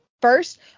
first